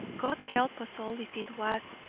god help us all if it was!